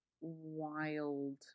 wild